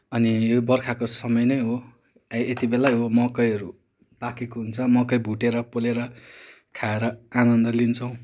अनि यो बर्खाको समयनै हो है यति बेलै हो मकैहरू पाकेको हुन्छ मकै भुटेर पोलेर खाएर आनन्द लिन्छौँ